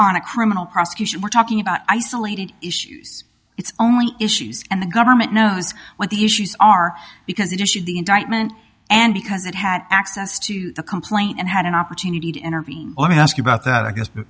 on a criminal prosecution we're talking about isolated issues it's only issues and the government knows what the issues are because it issues the indictment and because it had access to the complaint and had an opportunity to intervene let me ask you about that i guess